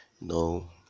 no